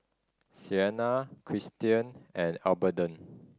Sienna Kristian and Adelbert